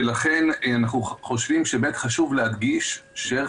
ולכן אנחנו חושבים שחשוב להדגיש שערך